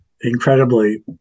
incredibly